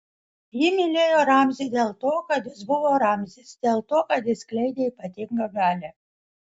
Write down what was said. ji mylėjo ramzį dėl to kad jis buvo ramzis dėl to kad jis skleidė ypatingą galią